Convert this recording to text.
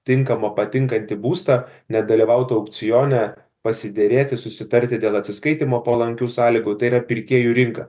tinkamą patinkantį būstą nedalyvaut aukcione pasiderėti susitarti dėl atsiskaitymo palankių sąlygų tai yra pirkėjų rinka